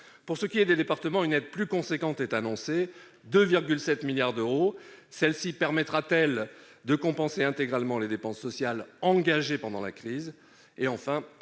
Pour ce qui est des départements, une aide plus importante de 2,7 milliards d'euros est annoncée. Permettra-t-elle de compenser intégralement les dépenses sociales engagées pendant la crise ?